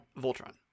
Voltron